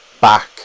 back